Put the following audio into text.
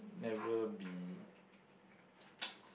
never be